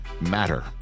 matter